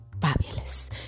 Fabulous